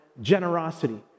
generosity